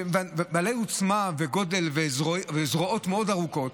בעלי עוצמה וגודל וזרועות מאוד ארוכות.